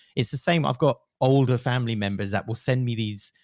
it's the same. i've got older family members that will send me these.